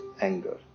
anger